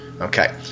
Okay